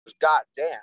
Goddamn